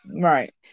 right